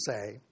say